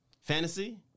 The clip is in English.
Fantasy